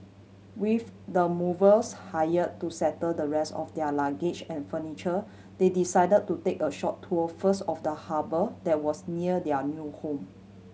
with the movers hire to settle the rest of their luggage and furniture they decide to take a short tour first of the harbour that was near their new home